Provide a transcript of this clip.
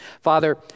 Father